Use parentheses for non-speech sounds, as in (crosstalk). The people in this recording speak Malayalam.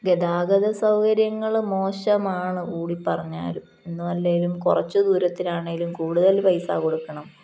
ഗതാഗത സൗകര്യങ്ങള് മോശമാണ് (unintelligible) പറഞ്ഞാല് എന്നെന്നുമല്ലേലും കുറച്ചു ദൂരത്തിനാണേലും കൂടുതൽ പൈസ കൊടുക്കണം